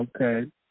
Okay